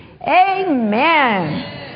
amen